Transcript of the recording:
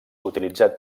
utilitzat